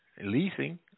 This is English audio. leasing